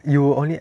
you will only